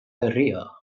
herria